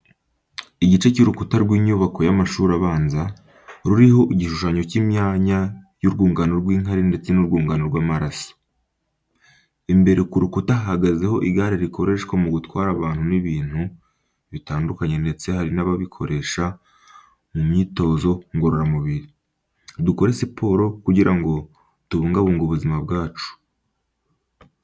Igice cy’urukuta rw’inyubako y'amashuri abanza, ruriho igishushanyo cy’imyanya y’urwungano rw'inkari ndetse n'urwungano rw'amaraso. Imbere ku rukuta hahagaze igare rikoreshwa mu gutwara abantu n'ibintu bitandukanye ndetse hari n'abarikoresha mu myitozo ngororamubiri. Dukore siporo kugira ngo tubungabunge ubuzima bwacu.